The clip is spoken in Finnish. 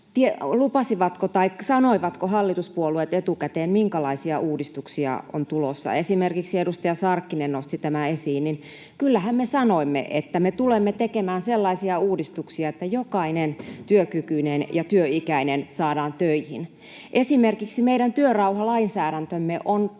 että sanoivatko hallituspuolueet etukäteen, minkälaisia uudistuksia on tulossa. Esimerkiksi edustaja Sarkkinen nosti tämän esiin. Kyllähän me sanoimme, että me tulemme tekemään sellaisia uudistuksia, että jokainen työkykyinen ja työikäinen saadaan töihin. [Vasemmalta: Perussuomalaiset sanoi, että ei